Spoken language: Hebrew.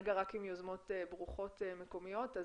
כרגע רק עם יוזמות ברוכות מקומיות.